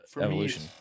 evolution